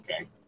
okay